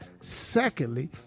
Secondly